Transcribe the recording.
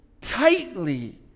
tightly